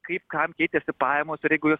kaip kam keitėsi pajamos ir jeigu jus